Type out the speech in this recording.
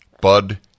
Bud